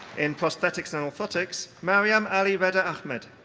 in prosthetics and orthotics, maryam ali redha ahmed.